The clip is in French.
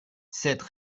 cette